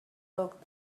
looked